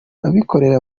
abikorera